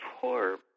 Poor